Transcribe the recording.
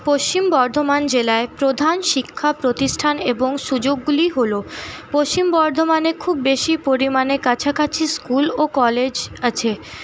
পশ্চিম বর্ধমান জেলায় প্রধান শিক্ষা প্রতিষ্ঠান এবং সুযোগগুলি হল পশ্চিম বর্ধমানে খুব বেশি পরিমানে কাছাকাছি স্কুল ও কলেজ আছে